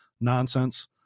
nonsense